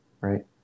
right